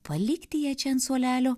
palikti ją čia ant suolelio